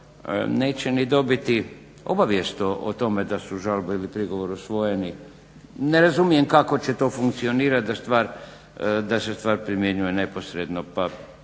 neće ni dobiti obavijest o tome da su žalba ili prigovor usvojeni. Ne razumijem kako će to funkcionirati da se stvar primjenjuje neposredno,